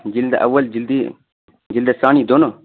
جلد اول جلد جلد ثانی دونوں